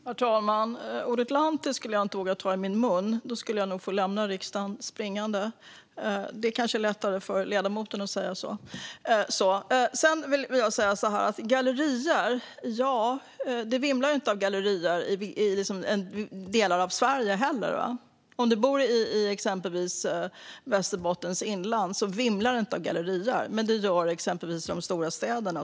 Herr talman! Ordet lantis skulle jag inte våga ta i min mun. Då skulle jag nog få lämna riksdagen springande. Det är kanske lättare för ledamoten Jesper Skalberg Karlsson att säga så. Det vimlar ju inte av gallerior i stora delar av Sverige. I Västerbottens inland vimlar det inte av gallerior, men det gör det i de stora städerna.